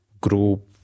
group